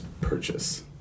purchase